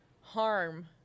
harm